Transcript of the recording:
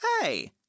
Hey